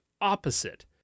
opposite